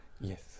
Yes